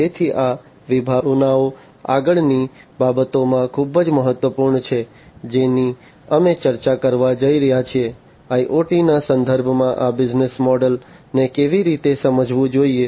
તેથી આ વિભાવનાઓ આગળની બાબતોમાં ખૂબ જ મહત્વપૂર્ણ છે જેની અમે ચર્ચા કરવા જઈ રહ્યા છીએ કે IoT ના સંદર્ભમાં આ બિઝનેસ મોડલ્સ ને કેવી રીતે સમજવું જોઈએ